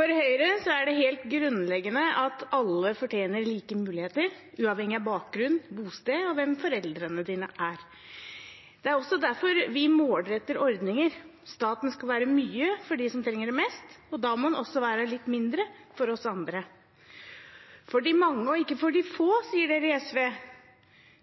Høyre er det helt grunnleggende at alle fortjener like muligheter, uavhengig av bakgrunn, bosted og hvem foreldrene deres er. Det er også derfor vi målretter ordninger. Staten skal være mye for dem som trenger det mest, og da må den også være litt mindre for oss andre. For de mange og ikke for de få, sier SV.